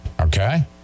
Okay